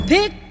Pick